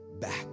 back